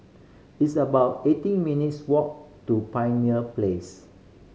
it's about eighteen minutes' walk to Pioneer Place